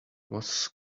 was